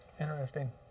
Interesting